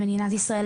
במדינת ישראל,